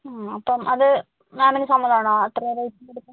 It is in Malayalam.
അപ്പം അത് മാമിനു സമ്മതമാണോ ആ റേറ്റിന് എടുക്കാൻ